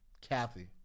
Kathy